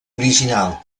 original